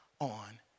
on